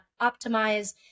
optimize